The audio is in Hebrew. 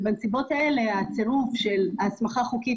ובנסיבות האלה הצירוף של ההסמכה החוקית